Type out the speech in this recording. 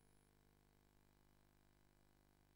אני רוצה, בדקה